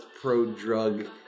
pro-drug